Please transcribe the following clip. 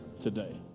today